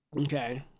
okay